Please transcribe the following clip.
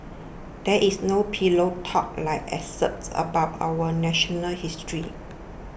there is no pillow talk like excerpts about our national history